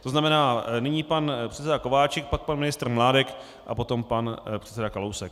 To znamená, nyní pan předseda Kováčik, pak pan ministr Mládek a potom pan předseda Kalousek.